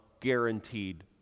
guaranteed